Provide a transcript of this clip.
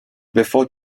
before